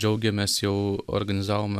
džiaugiamės jau organizavome